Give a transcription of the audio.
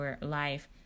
Life